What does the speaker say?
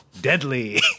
Deadly